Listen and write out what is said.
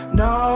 no